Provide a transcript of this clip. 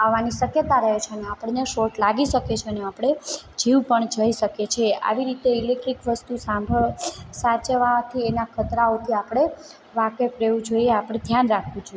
આવવાની શક્યતા રહે છે અને આપણને શોટ લાગી શકે છે અને આપણે જીવ પણ જઇ શકે છે આવી રીતે ઇલેક્ટ્રિક વસ્તુ સાંભળ સાચવવાથી એનાં ખતરાઓથી આપણે વાકેફ રહેવું જોઇએ આપણે ધ્યાન રાખવું જોઇએ